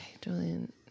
Julian